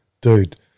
Dude